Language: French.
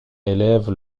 élève